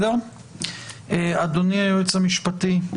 אדוני היועץ המשפטי,